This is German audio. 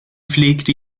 pflegte